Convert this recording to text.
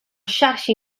xarxa